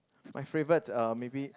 my favourite uh maybe